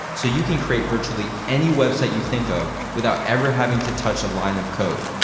so you can create virtually any website you think of without ever having to touch a line of code.